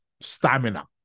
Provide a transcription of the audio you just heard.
stamina